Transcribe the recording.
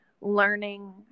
learning